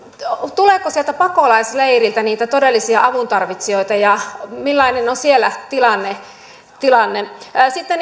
tuleeko sieltä pakolaisleireiltä niitä todellisia avuntarvitsijoita ja millainen on siellä tilanne tilanne sitten